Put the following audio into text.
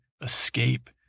escape